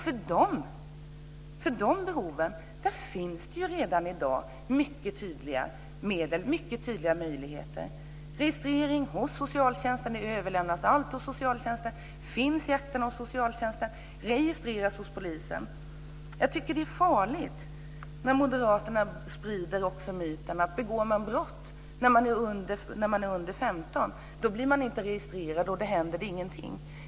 För de behoven finns det ju redan i dag mycket tydliga medel och möjligheter, genom registrering hos socialtjänsten, att allt överlämnas till och finns hos socialtjänsten och registrering hos polisen. Jag tycker att det är farligt när Moderaterna sprider myten att om man begår brott när man är under 15 år blir man inte registrerad och händer det ingenting.